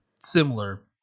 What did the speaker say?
similar